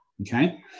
okay